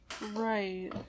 Right